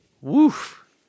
Woof